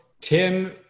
Tim